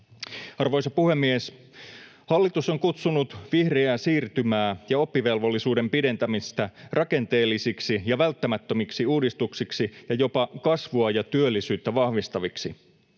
Arvoisa puhemies! Hallitus on kutsunut vihreää siirtymää ja oppivelvollisuuden pidentämistä rakenteellisiksi ja välttämättömiksi uudistuksiksi, ja jopa kasvua ja työllisyyttä vahvistaviksi.